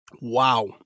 Wow